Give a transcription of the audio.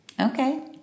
Okay